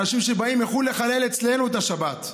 אנשים שבאים מחו"ל לחלל אצלנו את השבת.